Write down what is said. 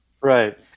Right